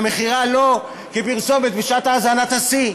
מחירה לא כפרסומת בשעת האזנת השיא.